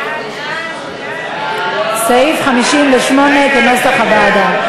סעיף 58, כהצעת הוועדה,